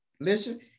Listen